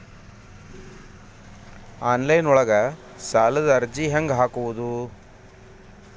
Online ಒಳಗ ಸಾಲದ ಅರ್ಜಿ ಹೆಂಗ್ ಹಾಕುವುದು?